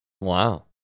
Wow